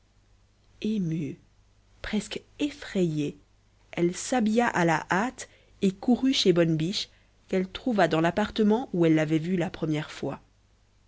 émue presque effrayée elle s'habilla à la hâte et courut chez bonne biche qu'elle trouva dans l'appartement où elle l'avait vue la première fois